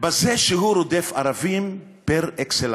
בזה שהוא רודף ערבים פר-אקסלנס.